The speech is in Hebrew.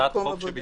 הצעת חוק,